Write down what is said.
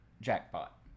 jackpot